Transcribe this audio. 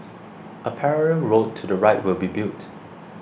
a parallel road to the right will be built